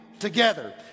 together